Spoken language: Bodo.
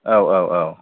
औ औ औ